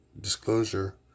disclosure